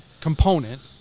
component